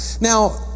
Now